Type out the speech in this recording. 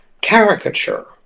caricature